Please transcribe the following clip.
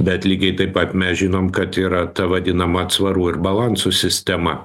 bet lygiai taip pat mes žinom kad yra ta vadinama atsvarų ir balansų sistema